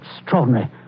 extraordinary